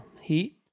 heat